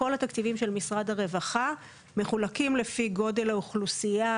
כל התקציבים של משרד הרווחה מחולקים לפי גודל האוכלוסייה,